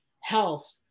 health